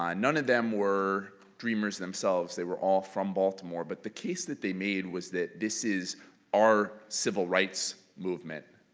um none of them were dreamers themselves, they were all from baltimore, but the case that they made was that this is our civil rights movement.